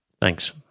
Thanks